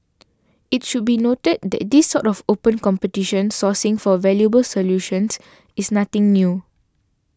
it should be noted that this sort of open competition sourcing for valuable solutions is nothing new